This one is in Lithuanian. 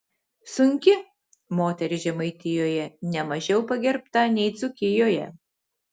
sunki moteris žemaitijoje ne mažiau pagerbta nei dzūkijoje